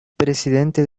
presidente